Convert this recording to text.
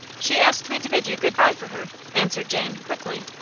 she asked me to bid you good-by for her, answered jane, quickly.